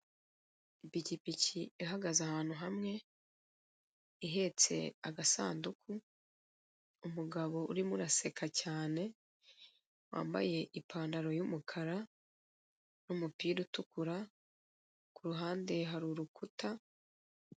Ipikipiki ihagaze ahantu hamwe ihetse agasanduku, umugabo urimo uraseka cyane wambaye ipantaro y'umukara n'umupira utukura ku ruhande hari urukuta.